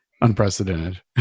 unprecedented